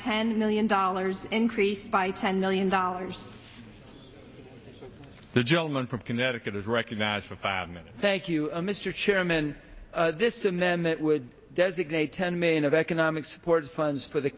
ten million dollars increased by ten million dollars the gentleman from connecticut is recognized for five minutes thank you mr chairman this and then that would designate ten million of economic support funds for the